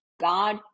God